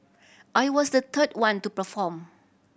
I was the third one to perform